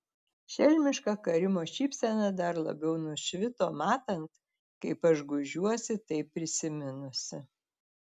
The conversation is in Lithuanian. šelmiška karimo šypsena dar labiau nušvito matant kaip aš gūžiuosi tai prisiminusi